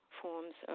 forms